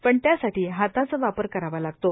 पण त्यासाठी हाताचा वापर करावा लागतो